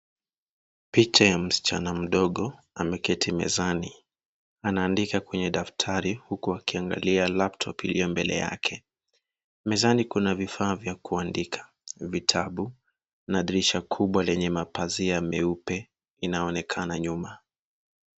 Picha ya msichana mdogo ameketi mezani. Anaandika kwenye daftari huku akiangalia laptop iliyo mbele yake. Mezani kuna vifaa vya kuandika, vitabu na dirisha kubwa lenye mapazia meupe inaonekana nyuma.